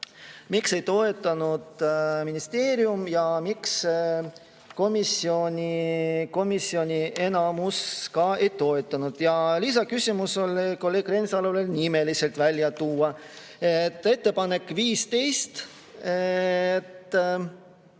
miks ei toetanud ministeerium ja miks komisjoni enamus ka ei toetanud. Lisaküsimus oli kolleeg Reinsalul, et nimeliselt välja tuua. Ettepanek nr 15.